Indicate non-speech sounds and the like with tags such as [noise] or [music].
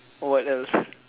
what else [breath]